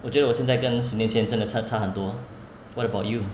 我觉得我现在跟那十年前真的差很多 what about you